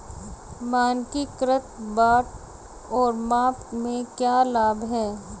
मानकीकृत बाट और माप के क्या लाभ हैं?